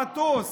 אם עוברים במטוס